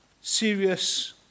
serious